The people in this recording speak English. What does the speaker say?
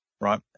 right